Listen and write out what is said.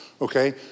Okay